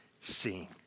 seeing